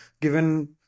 given